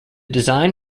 design